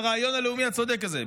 לרעיון הלאומי הצודק הזה,